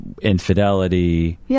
infidelity